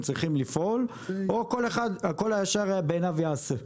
צריכים לפעול או כל איש הישר בעיניו יעשה?